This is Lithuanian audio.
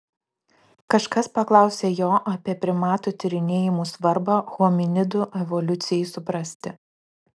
kažkas paklausė jo apie primatų tyrinėjimų svarbą hominidų evoliucijai suprasti